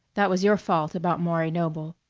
that was your fault about maury noble,